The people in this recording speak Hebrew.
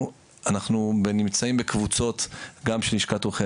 אנחנו נמצאים בקבוצות גם של לשכת עורכי